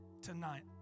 tonight